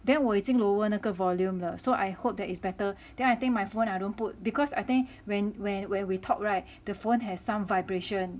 then 我已经 lower 那个 volume 了 so I hope that it's better then I think my phone I don't put because I think when when when we talk [right] the phone has some vibration